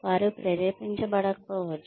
వారు ప్రేరేపించబడకపోవచ్చు